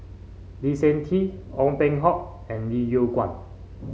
Lee Seng Tee Ong Peng Hock and Lim Yew Kuan